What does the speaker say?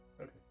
Okay